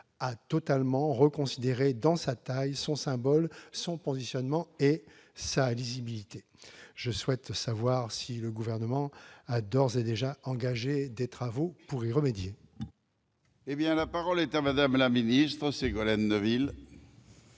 à totalement reconsidérer dans sa taille, son symbole, son positionnement et sa lisibilité ». Je souhaite savoir si le Gouvernement a d'ores et déjà engagé des travaux pour y remédier. La parole est à Mme la secrétaire d'État.